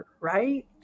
right